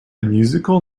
musical